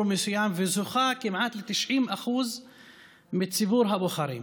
מסוים וזוכה כמעט ב-90% מציבור הבוחרים.